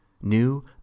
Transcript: New